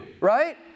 right